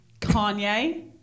Kanye